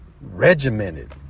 regimented